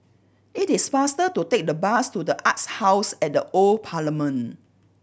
it is faster to take the bus to The Arts House at the Old Parliament